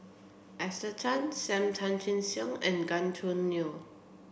Esther Tan Sam Tan Chin Siong and Gan Choo Neo